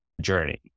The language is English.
journey